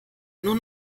nur